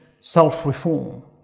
self-reform